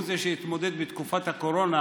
הוא זה שהתמודד בתקופת הקורונה